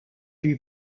lui